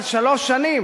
אבל שלוש שנים?